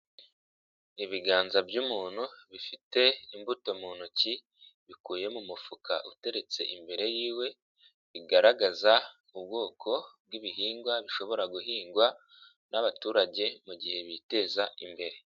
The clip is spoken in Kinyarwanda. Ibiganza by'umuntu bifite imbuto mu ntoki bikuye mu mufuka uteretse imbere y'iwe, bigaragaza ubwoko bw'ibihingwa bishobora guhingwa n'abaturage mu gihe biteza imbere.